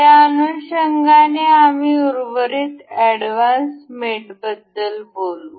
त्या अनुषंगाने आम्ही उर्वरित एडव्हान्स मेटबद्दल बोलू